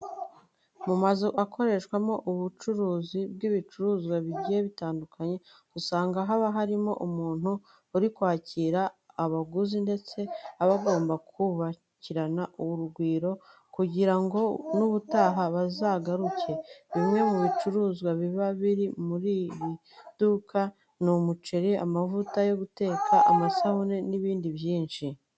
Mu mazu akorerwamo ubucuruzi bw'ibicuruzwa bigiye bitandukanye, usanga haba harimo umuntu uri kwakira abaguzi ndetse aba agomba kubakirana urugwiro kugira ngo n'ubutaha bazagaruke. Bimwe mu bicuruzwa biba biri muri iri duka ni umuceri, amavuta yo guteka, amasabune n'ibindi byinshi.